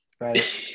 right